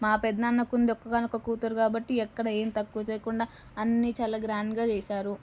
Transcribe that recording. మా పెదనాన్నకి ఉంది ఒక్కగానొక్క కూతురు కాబట్టి ఎక్కడా ఏమీ తక్కువ చేయకుండా అన్నీ చాలా గ్రాండ్గా చేసారు